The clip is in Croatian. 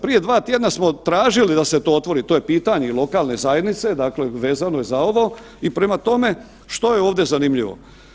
Prije 2 tjedna smo tražili da se to otvori, to je pitanje i lokalne zajednice, dakle vezano je za ovo i prema tome, što je ovdje zanimljivo?